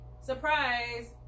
surprise